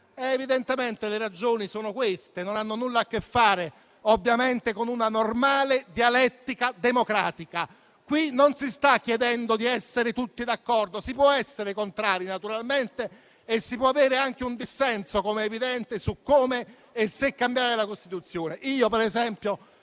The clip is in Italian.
Evidentemente le ragioni sono queste, non hanno nulla a che fare con una normale dialettica democratica. Qui non si sta chiedendo di essere tutti d'accordo. Si può essere contrari, naturalmente, e si può avere anche un dissenso, com'è evidente, su come e se cambiare la Costituzione. Io, per esempio,